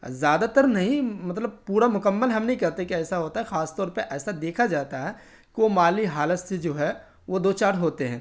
زیادہ تر نہیں مطلب پورا مکمل ہم نہیں کہتے کہ ایسا ہوتا ہے خاص طور پہ ایسا دیکھا جاتا ہے کہ وہ مالی حالت سے جو ہے وہ دو چار ہوتے ہیں